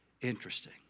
interesting